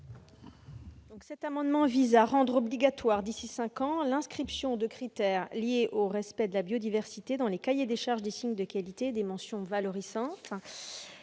Cet amendement vise à rendre obligatoire, d'ici à cinq ans, l'inscription de critères liés au respect de la biodiversité dans les cahiers des charges des signes de qualité et des mentions valorisantes.